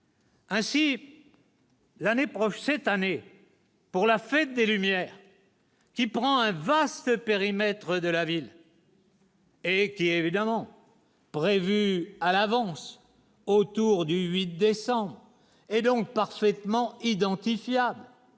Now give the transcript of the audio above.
profits cette année pour la Fête des Lumières qui prend un vaste périmètre de la ville. Et qui évidemment. Prévue à l'avance, autour du 8 décembre et donc parfaitement identifiables.